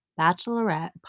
Bachelorette